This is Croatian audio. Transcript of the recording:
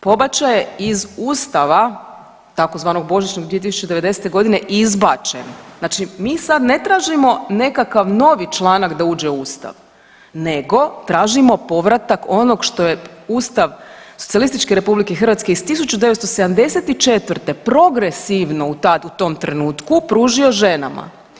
Pobačaj je iz Ustava, tzv. božićnog, 2090. izbačen, znači mi sad ne tražimo nekakav novi članak da uđe u Ustav nego tražimo povratak onog što je Ustav Socijalističke Republike Hrvatske iz 1974. progresivno tad, u tome trenutku pružio ženama.